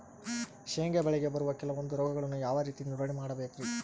ಶೇಂಗಾ ಬೆಳೆಗೆ ಬರುವ ಕೆಲವೊಂದು ರೋಗಗಳನ್ನು ಯಾವ ರೇತಿ ನಿರ್ವಹಣೆ ಮಾಡಬೇಕ್ರಿ?